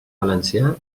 valencià